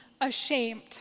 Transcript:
ashamed